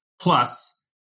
plus